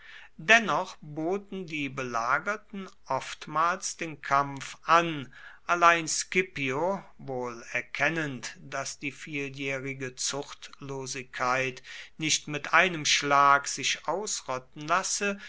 dennoch boten die belagerten oftmals den kampf an allein scipio wohl erkennend daß die vieljährige zuchtlosigkeit nicht mit einem schlag sich ausrotten lasse